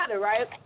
right